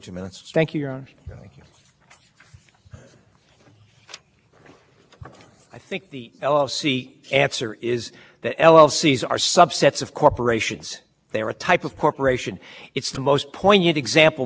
individuals and corporate contractors as far as the democratic national committee or is it clear that that is a relatively recent development of having a large number of personal services contractors yes your honor and i think it's partially